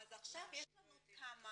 אז עכשיו יש לנו תמ"א,